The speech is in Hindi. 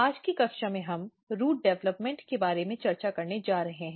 आज की कक्षा में हम रूट डेवलपमेंट के बारे में चर्चा करने जा रहे हैं